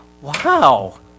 wow